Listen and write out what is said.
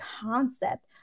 concept